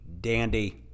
dandy